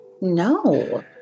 No